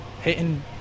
hitting